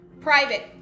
private